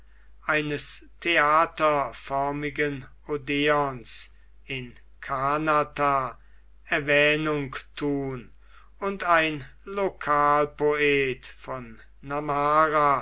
eines theaterförmigen odeons in kanatha erwähnung tun und ein lokalpoet von